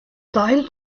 teil